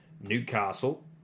Newcastle